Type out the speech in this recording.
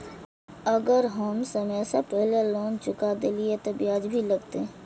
अगर हम समय से पहले लोन चुका देलीय ते ब्याज भी लगते?